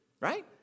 Right